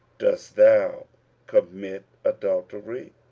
dost thou commit adultery?